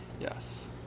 Yes